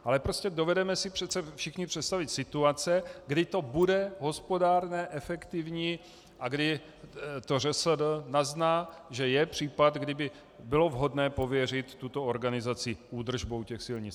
Ale dovedeme si přece všichni představit situace, kdy to bude hospodárné, efektivní a kdy to ŘSD nazná, že je případ, kdy by bylo vhodné pověřit tuto organizaci údržbou těch silnic.